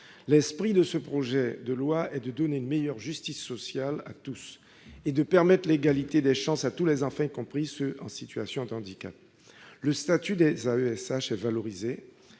L'esprit de ce projet de loi est de donner une meilleure justice sociale à tous et de permettre l'égalité des chances pour tous les enfants, y compris ceux qui sont en situation de handicap. Le statut des accompagnants est valorisé